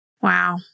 Wow